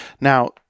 Now